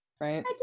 right